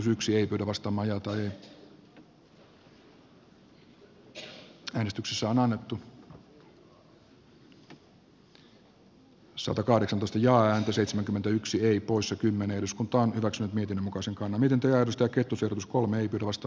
hallitus ei ole ryhtynyt tarvittaviin toimiin työllisyyden parantamiseksi ja anti seitsemänkymmentäyksi ei poissa kymmenen uskontoa hyväkseen miten muka sankan miten työllistää kettusetus kolme lasta